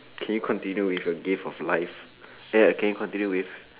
can you continue with a gift of life ya can you continue with